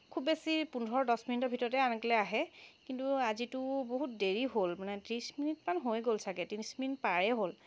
খুব বেছি পোন্ধৰ দহ মিনিটৰ ভিতৰতে আনকালে আহে কিন্তু আজিতো বহুত দেৰি হ'ল মানে ত্ৰিছ মিনিটমান হৈ গ'ল ছাগৈ ত্ৰিছ মিনিট পাৰে হ'ল